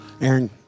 Aaron